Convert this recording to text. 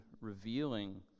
revealing